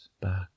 back